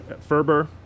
Ferber